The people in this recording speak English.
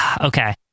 Okay